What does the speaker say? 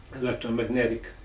electromagnetic